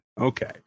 Okay